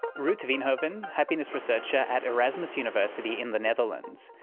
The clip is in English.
ruut veenhoven, happiness researcher at erasmus university in the netherlands,